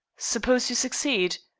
suppose you succeed.